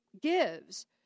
gives